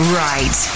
right